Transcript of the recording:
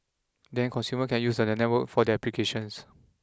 then consumers can use the network for their applications